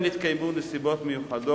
א.